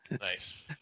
Nice